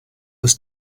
was